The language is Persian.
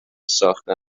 ساخته